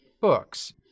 books